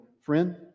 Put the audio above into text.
Friend